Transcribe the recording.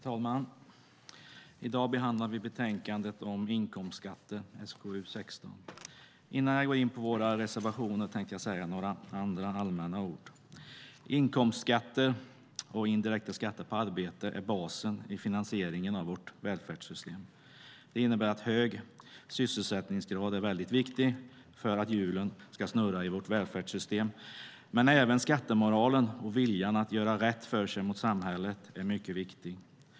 Herr talman! I dag behandlar vi betänkandet om inkomstskatter, SkU16. Innan jag går in på våra reservationer tänkte jag säga några andra allmänna ord. Inkomstskatter och indirekta skatter på arbete är basen i finansieringen av vårt välfärdssystem. Det innebär att en hög sysselsättningsgrad är väldigt viktig för att hjulen ska snurra i vårt välfärdssystem, men även skattemoralen och viljan att göra rätt för sig mot samhället är mycket viktig.